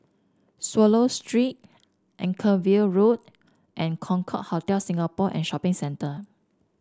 Swallow Street Anchorvale Road and Concorde Hotel Singapore and Shopping Centre